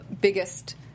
biggest